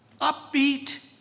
upbeat